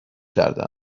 کرده